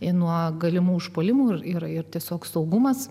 nuo galimų užpuolimų ir ir ir tiesiog saugumas